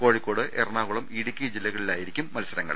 കോഴിക്കോട് എറണാകുളം ഇടുക്കി ജില്ലകളിലായിരിക്കും മത്സരങ്ങൾ